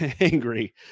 angry